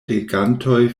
regantoj